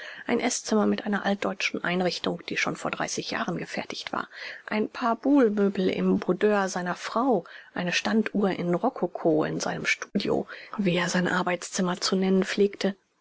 ein eßzimmer mit einer altdeutschen einrichtung die schon vor jahren gefertigt war ein paar boulemöbel im boudoir seiner frau eine standuhr in rokoko in seinem studio wie er sein arbeitszimmer zu nennen pflegte